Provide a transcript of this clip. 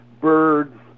Birds